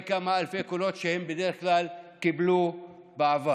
לכמה מאות קולות שהם בדרך כלל קיבלו בעבר.